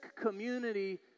community